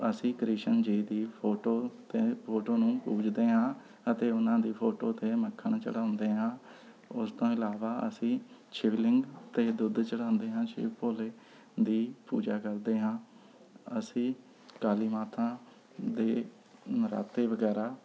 ਅਸੀਂ ਕ੍ਰਿਸ਼ਨ ਜੀ ਦੀ ਫੋਟੋ 'ਤੇ ਫੋਟੋ ਨੂੰ ਪੂਜਦੇ ਹਾਂ ਅਤੇ ਉਹਨਾਂ ਦੀ ਫੋਟੋ 'ਤੇ ਮੱਖਣ ਚੜਾਉਂਦੇ ਹਾਂ ਉਸ ਤੋਂ ਇਲਾਵਾ ਅਸੀਂ ਸ਼ਿਵਲਿੰਗ 'ਤੇ ਦੁੱਧ ਚੜਾਉਂਦੇ ਹਾਂ ਸ਼ਿਵ ਭੋਲੇ ਦੀ ਪੂਜਾ ਕਰਦੇ ਹਾਂ ਅਸੀਂ ਕਾਲੀ ਮਾਤਾ ਦੇ ਨਰਾਤੇ ਵਗੈਰਾ